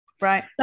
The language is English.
right